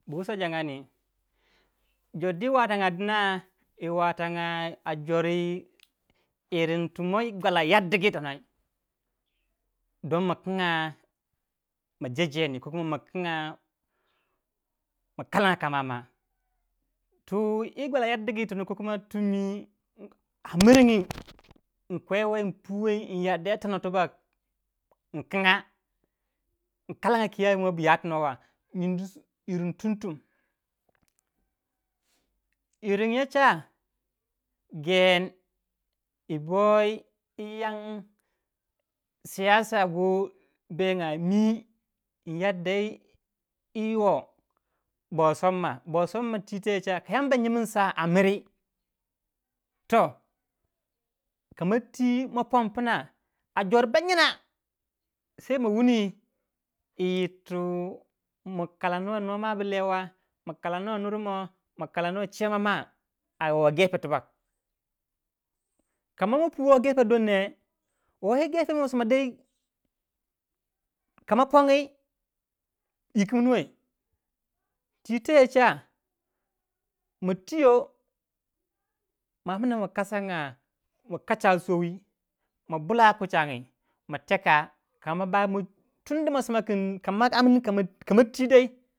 Buu wusa jogondir dor dwi yi wontaa din yi watonga a dori irin tu no gwara yodigi itonoi dingi ma kinga ma jejeni ko ma kinga ma kalanga koma ma tu yi gwala yaddiigi yitonoi ko tu a mirgi in kwe wei in puwei yadda yi tono tubok in kinga in kalannga kiyamiwa bi ya tono wa irin tum tum. iringe cha. gen boi siyasa me in yada yi bo somma ka yamba m nyimin saa miri toh ka ma twi ma pon puna a jor banyina sei ma wuni yi yirtu ma kalanoi nwa bu lei wa. ma kalano nur moh ma kalano chiyama ma woh gepe tibak kama pu woh gepe don ne wei gepe wu masoma koma pongi yikim nu wei twi teye cha ma tuyo ma amna ma kasanga ma kacha souwi ma bula kuchangi ma teka kama bai tunda masoma min kama amni kama twi dai.